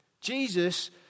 Jesus